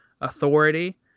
authority